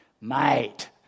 mate